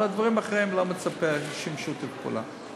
על הדברים האחרים אני לא מצפה שישתפו פעולה,